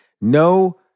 No